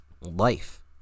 Life